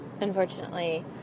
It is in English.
Unfortunately